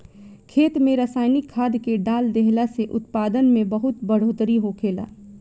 खेत में रसायनिक खाद्य के डाल देहला से उत्पादन में बहुत बढ़ोतरी होखेला